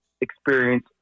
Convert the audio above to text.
experience